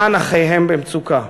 למען אחיהם במצוקה.